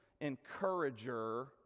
encourager